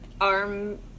arm